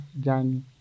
journey